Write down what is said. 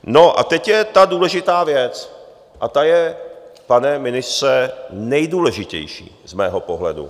No a teď je ta důležitá věc a ta je, pane ministře, nejdůležitější z mého pohledu.